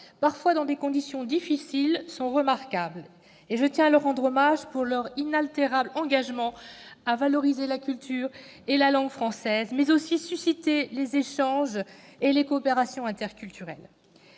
parfois dans des conditions difficiles, sont remarquables et je tiens à leur rendre hommage pour leur inaltérable engagement à valoriser la culture et la langue françaises, mais aussi à susciter les échanges et les coopérations interculturelles.